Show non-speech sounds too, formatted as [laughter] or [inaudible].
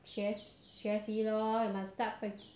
学学习 lor you must start [noise]